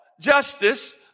justice